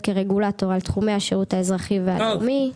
כרגולטור על תחומי השירות האזרחי והלאומי.